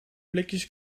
blikjes